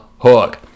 hook